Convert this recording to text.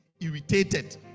irritated